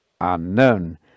unknown